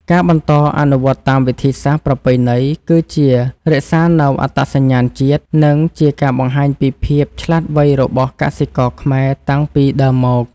ការបន្តអនុវត្តតាមវិធីសាស្ត្រប្រពៃណីគឺជារក្សានូវអត្តសញ្ញាណជាតិ និងជាការបង្ហាញពីភាពឆ្លាតវៃរបស់កសិករខ្មែរតាំងពីដើមមក។